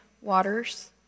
Waters